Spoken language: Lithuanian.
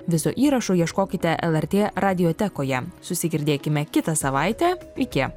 viso įrašo ieškokite lrt radiotekoje susigirdėkime kitą savaitę iki